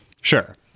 Sure